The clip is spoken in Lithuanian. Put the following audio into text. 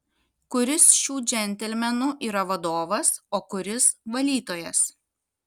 kuris šių džentelmenų yra vadovas o kuris valytojas